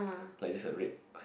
like it's a red